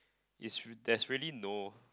it's there's really no